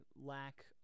lack